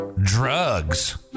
Drugs